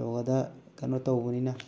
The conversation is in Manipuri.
ꯌꯣꯒꯥꯗ ꯀꯩꯅꯣ ꯇꯧꯕꯅꯤꯅ